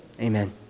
Amen